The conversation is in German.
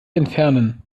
entfernen